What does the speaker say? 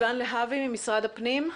סיוון להבי ממשרד הפנים.